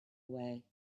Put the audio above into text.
away